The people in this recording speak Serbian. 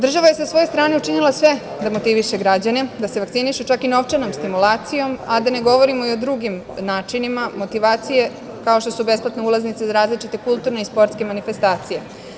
Država je sa svoje strane učinila sve da motiviše građane da se vakcinišu, čak i novčanom stimulacijom, a da ne govorimo i o drugim načinima motivacije, kao što su besplatne ulaznice za različite kulturne i sportske manifestacije.